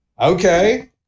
okay